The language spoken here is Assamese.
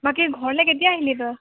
বাকী ঘৰলৈ কেতিয়া আহিলি তই